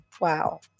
Wow